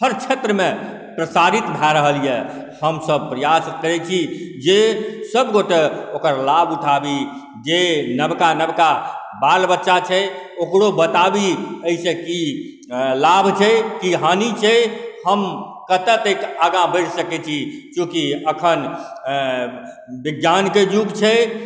हर क्षेत्रमे प्रसारित भऽ रहल अइ हमसब प्रयास करै छी जे सब गोटे ओकर लाभ उठाबी जे नवका नवका बाल बच्चा छै ओकरो बताबी एहिसँ की लाभ छै की हानि छै हम कतऽ तक आगाँ बढ़ि सकै छी चूँकि एखन विज्ञानके युग छै